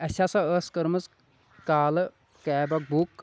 اَسِہ ہَسا ٲسۍ کٔرمٕژ کالہٕ کیب اَکھ بُک